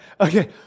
okay